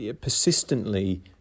persistently